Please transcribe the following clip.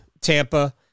Tampa